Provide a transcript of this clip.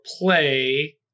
play